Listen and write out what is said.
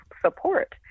support